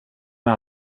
med